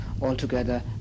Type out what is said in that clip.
altogether